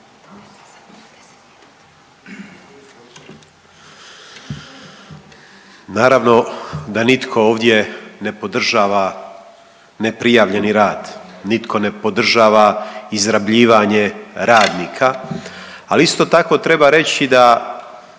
Naravno da nitko ovdje ne podržava neprijavljeni rad, nitko ne podržava izrabljivanje radnika. Ali isto tako treba reći da